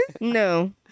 No